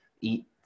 eat